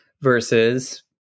versus